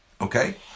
Okay